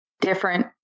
different